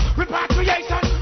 repatriation